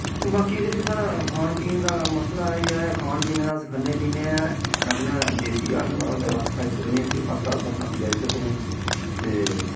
बाकी जेह्ड़ी साढ़ा खान पीन दा मसला ऐ जेह्ड़ा ऐ खान पीन अस खन्ने पीन्ने ऐं अपने देसी अ'न्न होऐ ते अस खाई सकने आं इस्सी फस्सक्लास अपने पचाई सकनें ते